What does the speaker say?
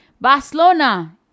Barcelona